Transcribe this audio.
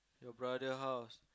your brother house